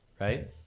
right